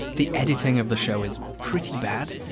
the editing of the show is pretty bad.